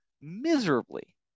Miserably